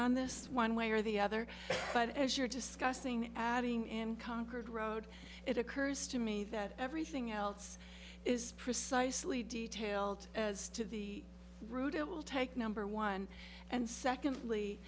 on this one way or the other but as you're discussing in concord road it occurs to me that everything else is precisely detailed as to the route it will take number one and secondly